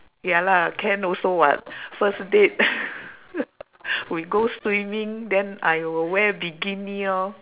ya lah can also [what] first date we go swimming then I will wear bikini lor